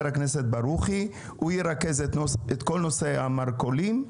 הוא ירכז את כל נושא המרכולים.